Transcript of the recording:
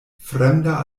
fremda